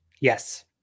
Yes